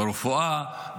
ברפואה,